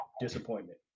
disappointment